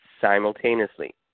simultaneously